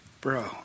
bro